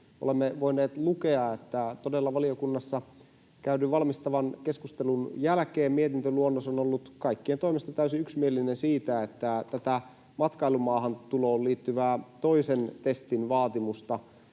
olemme voineet lukea, että todella valiokunnassa käydyn valmistavan keskustelun jälkeen mietintöluonnos on ollut kaikkien toimesta täysin yksimielinen siitä, että tätä matkailumaahantuloon liittyvää toisen testin vaatimusta